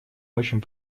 очень